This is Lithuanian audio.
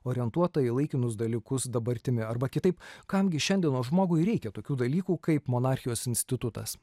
orientuota į laikinus dalykus dabartimi arba kitaip kam gi šiandienos žmogui reikia tokių dalykų kaip monarchijos institutas